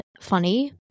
funny